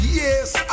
yes